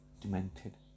demented